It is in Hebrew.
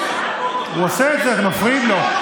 הוא עושה את זה, אתם מפריעים לו.